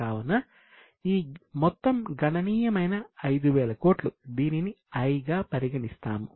కావున ఈ మొత్తం గణనీయమైన 5000 కోట్లు దీనిని 'I' గా పరిగణిస్తాము